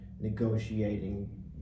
negotiating